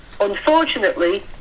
Unfortunately